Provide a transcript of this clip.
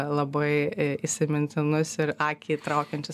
labai įsimintinus ir akį traukiančius